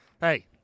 Hey